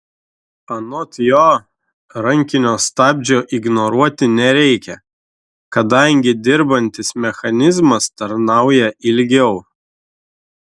anot jo rankinio stabdžio ignoruoti nereikia kadangi dirbantis mechanizmas tarnauja ilgiau